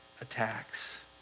attacks